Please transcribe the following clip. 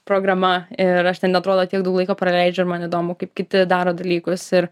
programa ir aš ten atrodo tiek daug laiko praleidžiu ir man įdomu kaip kiti daro dalykus ir